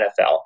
NFL